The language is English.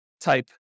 type